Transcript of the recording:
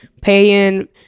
paying